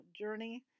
journey